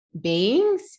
beings